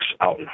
out